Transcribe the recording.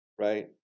right